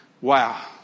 Wow